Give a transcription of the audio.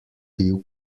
bil